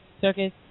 circus